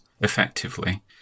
effectively